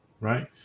right